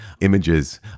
images